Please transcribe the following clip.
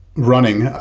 running.